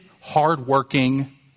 hardworking